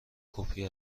کپی